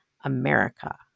America